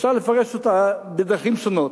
אפשר לפרש אותה בדרכים שונות,